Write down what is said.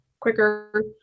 quicker